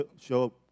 show